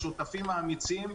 השותפים האמיצים,